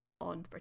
on